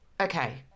Okay